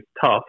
tough